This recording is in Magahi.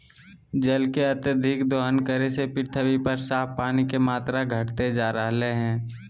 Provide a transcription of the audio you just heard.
जल के अत्यधिक दोहन करे से पृथ्वी पर साफ पानी के मात्रा घटते जा रहलय हें